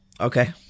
okay